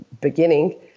beginning